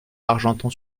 argenton